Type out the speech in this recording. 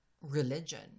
religion